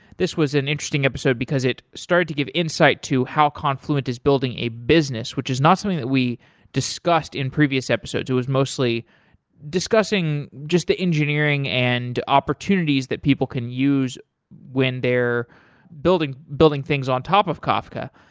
this was an interesting episode because it started to give insight to how confluent is building a business which is not something that we discussed in previous episodes. it was mostly discussing just the engineering and opportunities that people can use when they're building building things on top of kafka,